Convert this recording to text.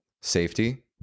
safety